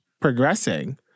progressing